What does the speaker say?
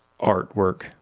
artwork